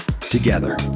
together